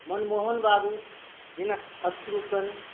मनमोहन बाबू हिनक अश्रुकण